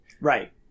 Right